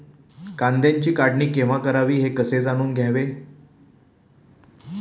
कांद्याची काढणी केव्हा करावी हे कसे जाणून घ्यावे?